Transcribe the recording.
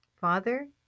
Father